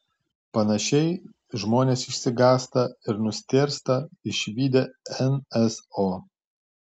panašiai žmonės išsigąsta ir nustėrsta išvydę nso